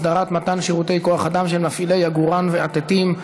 הסדרת מתן שירותי כוח אדם של מפעילי עגורן ואתתים),